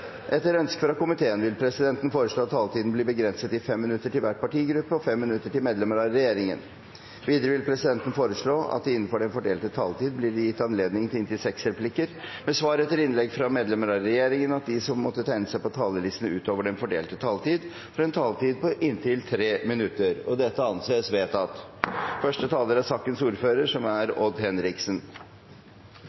Etter ønske fra energi- og miljøkomiteen vil presidenten foreslå at taletiden blir begrenset til 5 minutter til hver partigruppe og 5 minutter til medlemmer av regjeringen. Videre vil presidenten foreslå at det – innenfor den fordelte taletid – blir gitt anledning til inntil seks replikker med svar etter innlegg fra medlemmer av regjeringen, og at de som måtte tegne seg på talerlisten utover den fordelte taletid, får en taletid på inntil 3 minutter. – Det anses vedtatt. Representantforslaget som vi behandler i dag, er